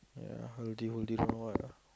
ya what ah